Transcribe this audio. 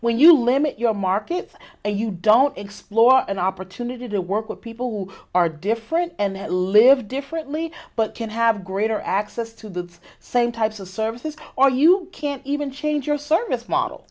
when you limit your market if you don't explore an opportunity to work with people who are different and live differently but can have greater access to the same types of services or you can even change your service model